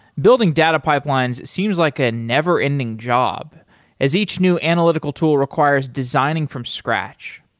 building data pipelines seems like a never ending job as each new analytical tool requires designing from scratch.